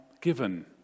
given